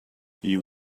you